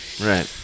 Right